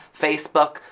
Facebook